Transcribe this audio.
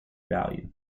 value